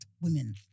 women